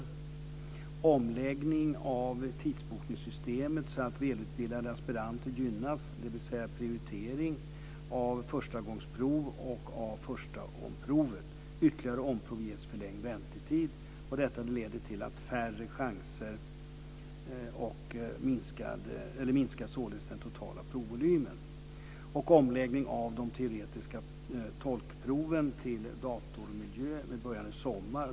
Det pågår en omläggning av tidsbokningssystemet så att välutbildade aspiranter gynnas, dvs. prioritering av förstagångsprov och av första omprovet. Ytterligare omprov ges förlängd väntetid. Detta minskar således den totala provvolymen. Omläggning sker också av de teoretiska tolkproven till datormiljö med början i sommar.